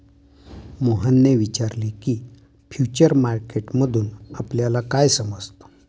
मोहनने विचारले की, फ्युचर मार्केट मधून आपल्याला काय समजतं?